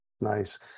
Nice